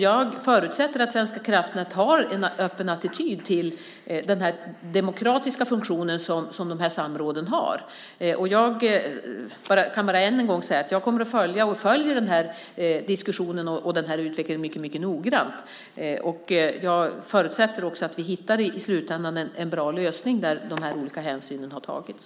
Jag förutsätter att Svenska kraftnät har en öppen attityd till den demokratiska funktion som de här samråden har, och jag kan bara än en gång säga att jag kommer att följa, och redan följer, den här diskussionen och den här utvecklingen mycket noggrant. Jag förutsätter också att vi i slutändan hittar en bra lösning där dessa olika hänsyn har tagits.